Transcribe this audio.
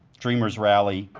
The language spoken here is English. dreamers rally,